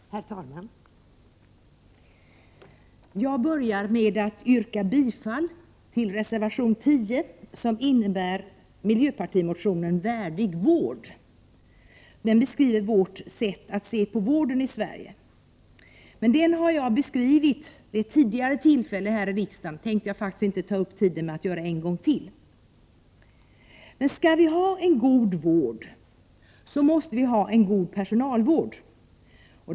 Herr talman! Jag börjar med att vad beträffar betänkande SoU15 yrka bifall till reservation 10, som innebär ett bifall till miljöpartimotionen Värdig vård. Den beskriver vår syn på vården i Sverige. Den motionen har jag 53 Prot. 1988/89:105 beskrivit här i riksdagen vid ett tidigare tillfälle; det tänkte jag faktiskt inte ta 27 april 1989 upp tiden med att göra en gång till. SA HT — Skall vi ha en god vård måste vi ha en god personalvård.